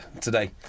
today